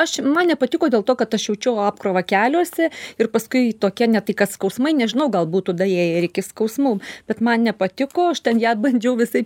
aš man nepatiko dėl to kad aš jaučiau apkrovą keliuose ir paskui tokie ne tai kad skausmai nežinau gal būtų daėję ir iki skausmų bet man nepatiko aš ten ją bandžiau visaip